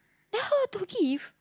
tell her to give